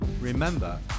Remember